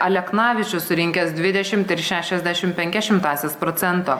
aleknavičius surinkęs dvidešimt ir šešiasdešimt penkias šimtąsias procento